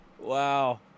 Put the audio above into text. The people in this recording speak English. Wow